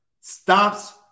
stops